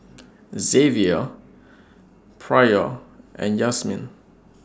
Zavier Pryor and Yazmin